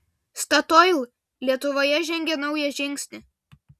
statoil lietuvoje žengia naują žingsnį